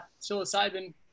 psilocybin